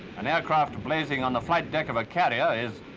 an aircraft blazing on the flight deck of a carrier is,